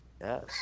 Yes